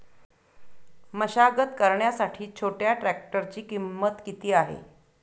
मशागत करण्यासाठी छोट्या ट्रॅक्टरची किंमत किती आहे?